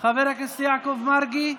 חבר הכנסת יעקב מרגי,